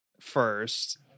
First